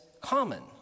common